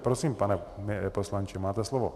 Prosím, pane poslanče, máte slovo.